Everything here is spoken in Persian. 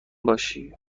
باشی